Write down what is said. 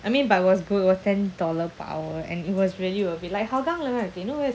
I mean but it was good orh ten dollar per hour and it was really worth it like hougang lor I think you know where is